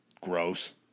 gross